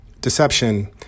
deception